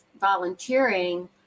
volunteering